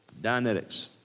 Dianetics